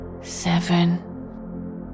seven